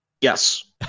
Yes